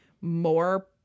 more